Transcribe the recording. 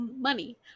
money